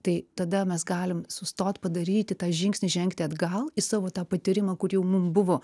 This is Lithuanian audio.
tai tada mes galim sustot padaryti tą žingsnį žengti atgal į savo tą patyrimą kur jau mum buvo